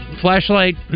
flashlight